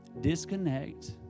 disconnect